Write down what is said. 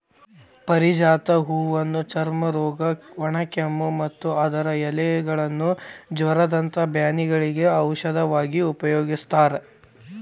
ಪಾರಿಜಾತ ಹೂವನ್ನ ಚರ್ಮರೋಗ, ಒಣಕೆಮ್ಮು, ಮತ್ತ ಅದರ ಎಲೆಗಳನ್ನ ಜ್ವರದಂತ ಬ್ಯಾನಿಗಳಿಗೆ ಔಷಧವಾಗಿ ಉಪಯೋಗಸ್ತಾರ